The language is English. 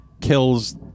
kills